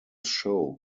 show